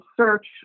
search